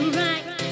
right